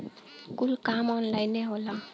कुल काम ऑन्लाइने होला